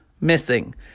missing